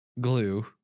glue